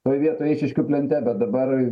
toj vietoj eišiškių plente bet dabar